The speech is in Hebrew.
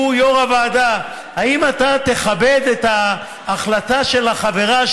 יו"ר הוועדה: האם אתה תכבד את ההחלטה של החברה,